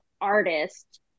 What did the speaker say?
artist